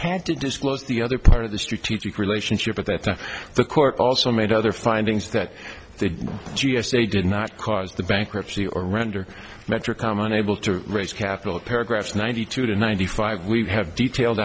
had to disclose the other part of the strategic relationship at that time the court also made other findings that the g s a did not cause the bankruptcy or render metra common able to raise capital paragraphs ninety two to ninety five we have detailed